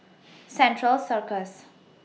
Central Circus